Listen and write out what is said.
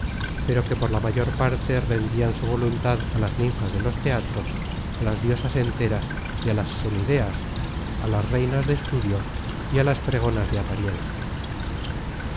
pero que por la mayor parte rendian su voluntad á las ninfas de los teatros á las diosas enteras y á las semideas á las reinas de estudio y á las fregonas de apariencia